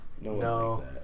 No